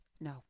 No